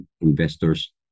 investors